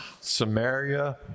Samaria